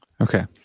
Okay